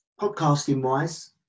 Podcasting-wise